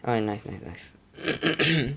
ah nice nice nice